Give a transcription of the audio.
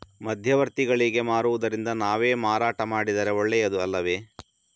ಮಧ್ಯವರ್ತಿಗಳಿಗೆ ಮಾರುವುದಿಂದ ನಾವೇ ಮಾರಾಟ ಮಾಡಿದರೆ ಒಳ್ಳೆಯದು ಅಲ್ಲವೇ?